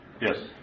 Yes